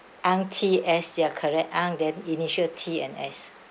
ang T_S ya correct ang then initial T and S